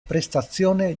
prestazione